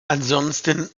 ansonsten